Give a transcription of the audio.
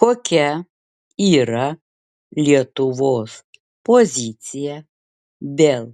kokia yra lietuvos pozicija dėl